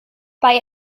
bei